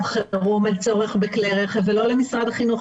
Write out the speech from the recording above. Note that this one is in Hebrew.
חירום על צורך בכלי רכב ולא למשרד החינוך.